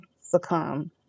succumb